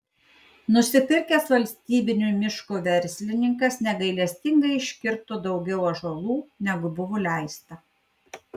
nusipirkęs valstybinio miško verslininkas negailestingai iškirto daugiau ąžuolų negu buvo leista